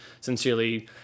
sincerely